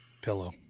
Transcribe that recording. pillow